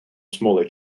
smaller